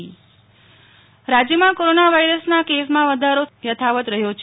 નેહ્લ ઠક્કર રાજય કોરોના રાજ્યમાં કોરોના વાયરસના ના કેસમાં વધારો યથાવત્ રહ્યો છે